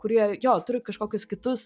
kurie jo turi kažkokius kitus